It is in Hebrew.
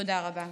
תודה רבה.